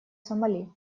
сомали